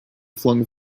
flung